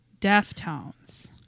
Deftones